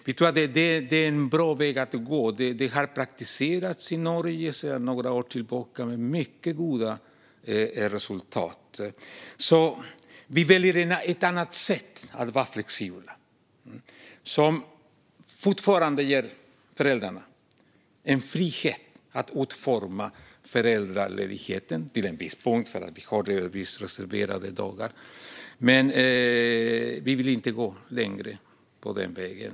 Vi tror att detta är en bra väg att gå. Det praktiseras i Norge sedan några år tillbaka med mycket gott resultat. Vi väljer ett annat sätt att vara flexibla som fortfarande ger föräldrarna frihet att utforma föräldraledigheten - till en viss punkt, för vi har reserverade dagar - men vi vill inte gå längre på den vägen.